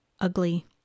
ugly